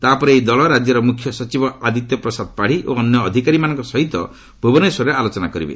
ତା'ପରେ ଏହି ଦଳ ରାଜ୍ୟର ମୁଖ୍ୟ ସଚିବ ଆଦିତ୍ୟ ପ୍ରସାଦ ପାଢ଼ୀ ଓ ଅନ୍ୟ ଅଧିକାରୀମାନଙ୍କ ସହ ଭୁବନେଶ୍ୱରରେ ଆଲୋଚନା କରିବ